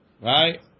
right